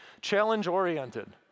Challenge-oriented